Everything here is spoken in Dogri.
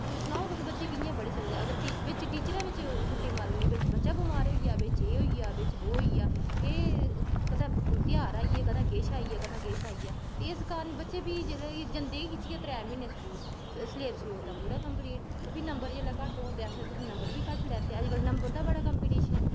हून सनाओ तुस बच्चें कियां पढ़ी सकदे अगर टी बिच्च टीचरै बिच्च छुट्टी मारू ओड़नी बिच्च बच्चा बमार होई गेआ बिच्च एह् होई गेआ बिच्च बौह् होई गेआ एह् कदें त्यहार आई गेआ कदें किश आई गेआ कदें किश आई गेआ ते इस कारण बच्चे फ्ही जेल्लै जंदे गै खिच्चियै त्रै म्हीने स्कूल सिलेबस लोड़दा पूरा कम्प्लीट ते फ्ही नम्बर जेल्लै घट्ट होन तां आखदे तुस नम्बर बी घट्ट लैते अज्जकल नम्बर दा बड़ा कम्पीटिशन ऐ